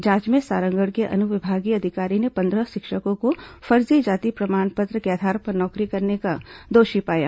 जांच में सारंगढ़ के अनुविभागीय अधिकारी ने पंद्रह शिक्षकों को फर्जी जाति प्रमाण पत्र के आधार पर नौकरी करने का दोषी पाया